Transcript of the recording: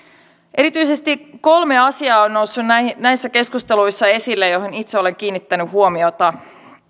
erityisesti kolme asiaa on noussut näissä keskusteluissa esille joihin itse olen kiinnittänyt huomiota